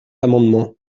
amendement